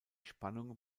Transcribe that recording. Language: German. spannungen